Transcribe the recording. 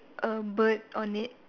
a bird on it